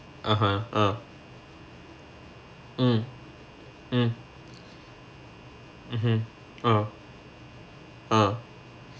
(uh huh) uh mm mm mmhmm uh uh